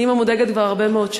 אימא מודאגת כבר הרבה מאוד שנים.